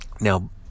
Now